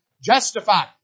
justified